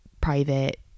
private